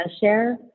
share